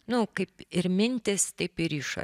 nu kaip ir mintys taip ir išorė